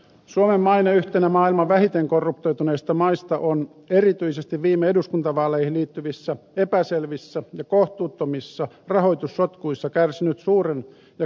suomen maine yhtenä maailman vähiten korruptoituneista maista on erityisesti viime eduskuntavaaleihin liittyvissä epäselvissä ja kohtuuttomissa rahoitussotkuissa kärsinyt suuren ja kauaskantoisen vahingon